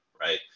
right